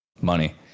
money